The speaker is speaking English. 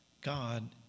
God